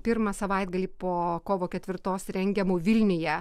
pirmą savaitgalį po kovo ketvirtos rengiamų vilniuje